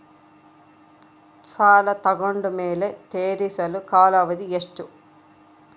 ಸಾಲ ತಗೊಂಡು ಮೇಲೆ ತೇರಿಸಲು ಕಾಲಾವಧಿ ಎಷ್ಟು?